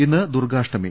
ഇന്ന് ദുർഗ്ഗാഷ്ടമി